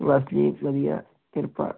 ਬਸ ਜੀ ਵਧੀਆ ਕਿਰਪਾ